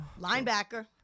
Linebacker